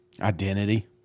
Identity